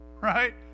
Right